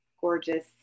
gorgeous